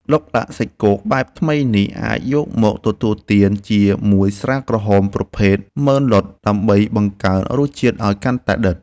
ឡុកឡាក់សាច់គោបែបថ្មីនេះអាចយកមកទទួលទានជាមួយស្រាក្រហមប្រភេទម៉ឺឡុតដើម្បីបង្កើនរសជាតិឱ្យកាន់តែដិត។